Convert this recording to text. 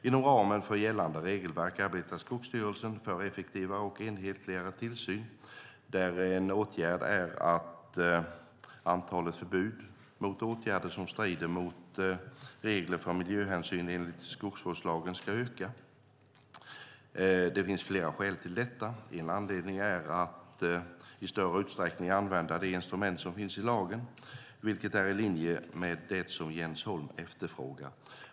Inom ramen för gällande regelverk arbetar Skogsstyrelsen för effektivare och enhetligare tillsyn, där en åtgärd är att antalet förbud mot åtgärder som strider mot regler för miljöhänsyn enligt skogsvårdslagen ska öka. Det finns flera skäl till detta. En anledning är att i större utsträckning använda de instrument som finns i lagen, vilket är i linje med det som Jens Holm efterfrågar.